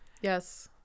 yes